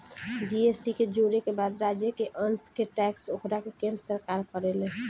GST के जोड़े के बाद राज्य के अंस के टैक्स ओकरा के केन्द्र सरकार करेले